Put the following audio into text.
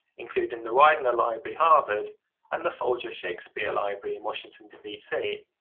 including the widener library, harvard and the folger shakespeare library in washington dc.